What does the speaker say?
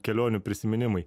kelionių prisiminimai